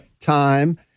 time